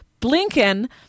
Blinken